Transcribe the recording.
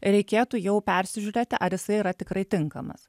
reikėtų jau persižiūrėti ar jisai yra tikrai tinkamas